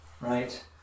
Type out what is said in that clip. right